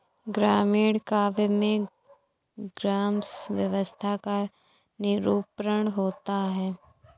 ग्रामीण काव्य में ग्राम्य व्यवस्था का निरूपण होता है